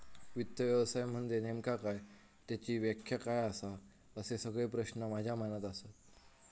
वित्त व्यवसाय म्हनजे नेमका काय? त्याची व्याख्या काय आसा? असे सगळे प्रश्न माझ्या मनात आसत